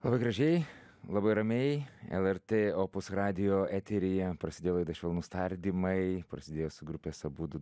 labai gražiai labai ramiai lrt opus radijo eteryje prasidėjo laida švelnūs tardymai prasidėjo su grupės abudu